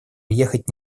уехать